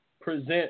present